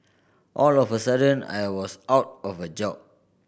all of a sudden I was out of a job